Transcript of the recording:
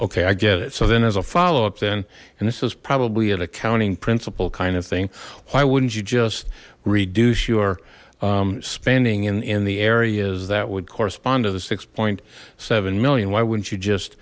okay i get it so then there's a follow up then and this is probably an accounting principle kind of thing why wouldn't you just reduce your spending in the areas that would correspond to the six point seven million why wouldn't you just